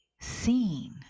seen